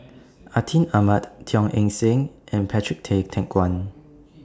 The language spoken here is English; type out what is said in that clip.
Atin Amat Teo Eng Seng and Patrick Tay Teck Guan